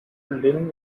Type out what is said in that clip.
lynn